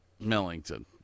millington